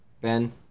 Ben